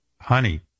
honey